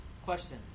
Question